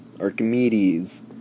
Archimedes